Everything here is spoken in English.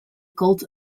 cult